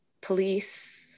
police